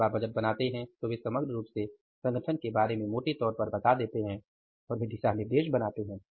जब आप बजट बनाते हैं तो वे समग्र रूप से संगठन के बारे में मोटे तौर पर बता देते हैं और वे दिशानिर्देश बनाते हैं